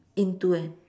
into an